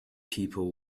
people